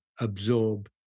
absorb